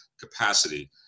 capacity